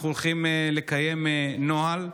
אנחנו הולכים לקיים נוהל,